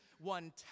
one